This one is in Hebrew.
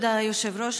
כבוד היושב-ראש,